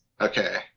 Okay